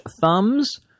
thumbs